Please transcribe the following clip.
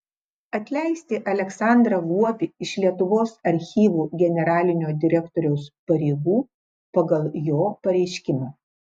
atleisti aleksandrą guobį iš lietuvos archyvų generalinio direktoriaus pareigų pagal jo pareiškimą